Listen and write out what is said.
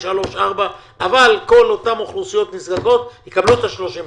אבל כל אותן אוכלוסיות נזקקות יקבלו את ה-30 מיליון.